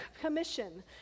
Commission